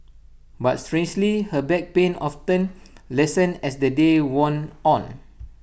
but strangely her back pain often lessened as the day wore on